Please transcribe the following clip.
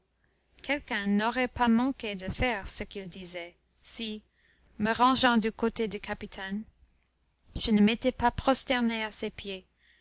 quelqu'un n'aurait pas manqué de faire ce qu'il disait si me rangeant du côté du capitaine je ne m'étais pas prosterné à ses pieds